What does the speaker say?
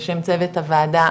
בשם צוות הוועדה,